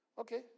Okay